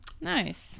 Nice